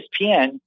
espn